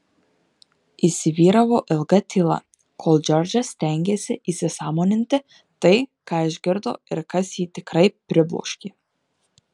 įsivyravo ilga tyla kol džordžas stengėsi įsisąmoninti tai ką išgirdo ir kas jį tikrai pribloškė